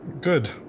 Good